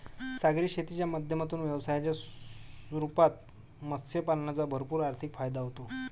सागरी शेतीच्या माध्यमातून व्यवसायाच्या रूपात मत्स्य पालनाचा भरपूर आर्थिक फायदा होतो